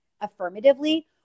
affirmatively